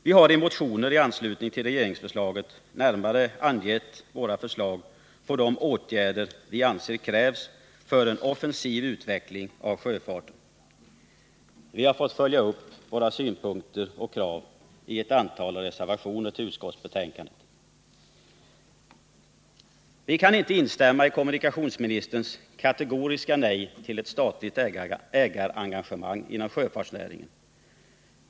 Vi har i motioner i anslutning till regeringsförslaget närmare angett våra förslag till sådana åtgärder som vi anser krävs för en offensiv utveckling av sjöfarten. Vi har sedan gett uttryck för våra synpunkter och krav i ett antal reservationer vid utskottsbetänkandet. Vi kan inte instämma i kommunikationsministerns kategoriska nej till ett statligt ägarengagemang inom sjöfartsnäringen.